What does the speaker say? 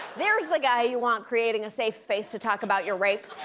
there's the guy you want creating a safe space to talk about your rape.